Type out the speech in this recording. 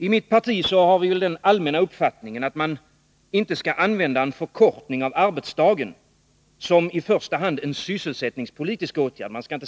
I mitt parti har vi den allmänna uppfattningen att man inte skall se förkortning av arbetsdagen som i första hand en sysselsättningspolitisk åtgärd.